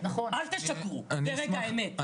אל תשקרו ברגע האמת,